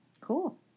Cool